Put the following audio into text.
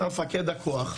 הוא היה מפקד הכוח.